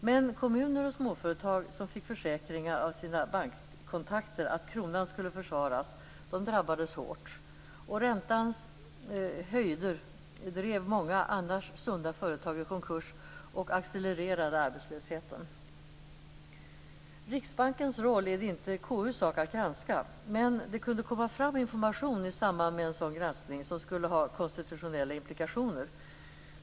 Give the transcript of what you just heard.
Men kommuner och småföretag, som fick försäkringar av sina bankkontakter att kronan skulle försvaras, drabbades hårt. Räntans höjder drev många annars sunda företag i konkurs och accelererade arbetslösheten. Det är inte KU:s sak att granska Riksbankens roll. Men det skulle kunna komma fram information i samband med en sådan granskning som skulle ha konstitutionella implikationer.